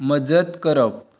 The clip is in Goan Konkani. मजत करप